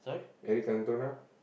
Eric-Cantona